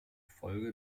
folge